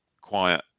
quiet